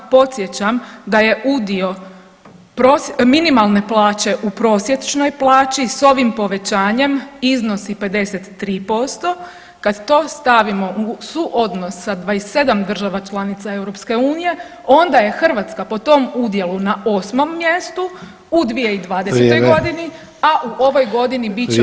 Podsjećam da je udio minimalne plaće u prosječnoj plaći s ovim povećanjem iznosi 53%, kad to stavimo u suodnos sa 27 država članica EU onda je Hrvatska po tom udjelu na 8. mjestu u 2020.g [[Upadica: Vrijeme]] , a u ovoj godini bit će u top 5.